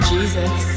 Jesus